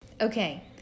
Okay